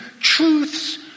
truths